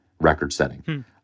record-setting